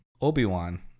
Obi-Wan